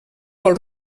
vol